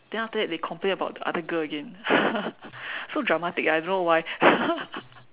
then after that they complain about the other girl again so dramatic ah I don't know why